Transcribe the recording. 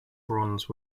bronze